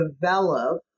develop